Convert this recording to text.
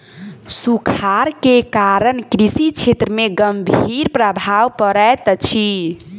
सूखाड़ के कारण कृषि क्षेत्र में गंभीर प्रभाव पड़ैत अछि